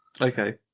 Okay